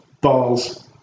balls